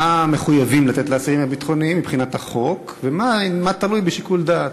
מה מחויבים לתת לאסירים הביטחוניים מבחינת החוק ומה תלוי בשיקול דעת?